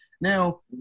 Now